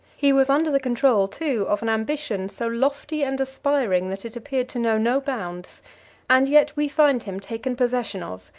he was under the control, too, of an ambition so lofty and aspiring that it appeared to know no bounds and yet we find him taken possession of,